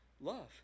love